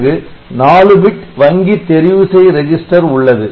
பிறகு 4 பிட் வங்கி தெரிவு செய் ரெஜிஸ்டர் உள்ளது